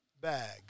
bag